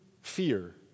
fear